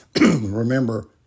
Remember